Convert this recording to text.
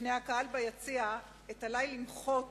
לפני הקהל ביציע עת עלי למחות